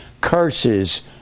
curses